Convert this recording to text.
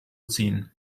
ziehen